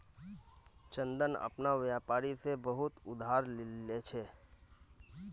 चंदन अपना व्यापारी से बहुत उधार ले छे